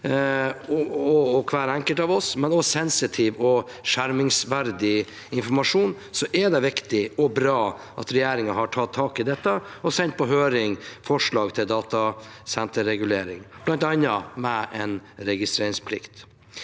for hver enkelt av oss, men også for sensitiv og skjermingsverdig informasjon, er det viktig og bra at regjeringen har tatt tak i dette og sendt på høring et forslag til datasenterregulering, bl.a. med en registreringsplikt,